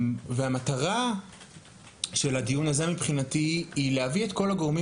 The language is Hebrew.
המטרה של הדיון הזה מבחינתי היא להביא את כל הגורמים